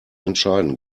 entscheiden